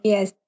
Yes